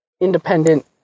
independent